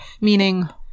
Meaning